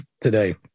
today